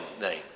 name